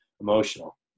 emotional